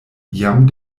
jam